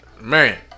Man